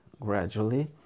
Gradually